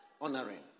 Honoring